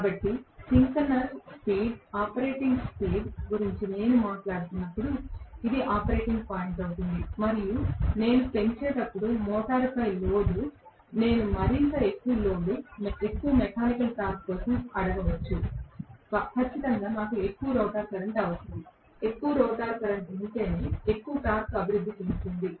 కాబట్టి synchronous speed operating speed గురించి నేను మాట్లాడుతున్నప్పుడు ఇది ఆపరేటింగ్ పాయింట్ అవుతుంది మరియు నేను పెంచేటప్పుడు మోటారుపై లోడ్ నేను మరింత ఎక్కువ లోడ్ ఎక్కువ మెకానికల్ టార్క్ కోసం అడగవచ్చు ఖచ్చితంగా నాకు ఎక్కువ రోటర్ కరెంట్ అవసరం ఎక్కువ రోటర్ కరెంట్ ఉంటేనే ఎక్కువ టార్క్ అభివృద్ధి చెందుతుంది